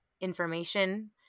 information